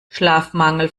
schlafmangel